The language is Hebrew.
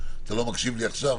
אתה לא מקשיב לי עכשיו,